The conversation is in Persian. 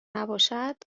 نباشد